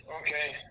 Okay